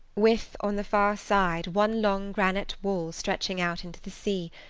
with, on the far side, one long granite wall stretching out into the sea,